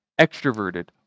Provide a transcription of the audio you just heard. extroverted